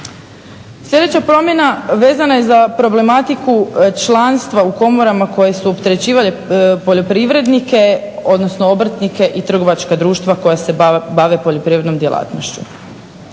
Sljedeća promjena vezana je za problematiku članstva u komorama koje su opterećivale poljoprivrednike odnosno obrtnike i trgovačka društva koja se bave poljoprivrednom djelatnošću.